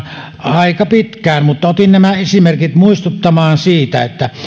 aika pitkään mutta otin nämä esimerkit muistuttamaan siitä että